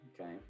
Okay